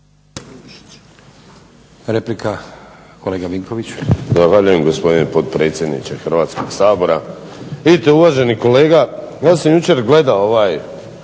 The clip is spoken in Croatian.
Zoran (HDSSB)** Zahvaljujem gospodine potpredsjedniče Hrvatskog sabora. Vidite uvaženi kolega ja sam jučer gledao